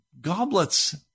goblets